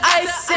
ice